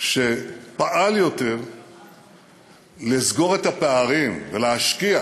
שפעל יותר לסגור את הפערים ולהשקיע